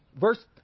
verse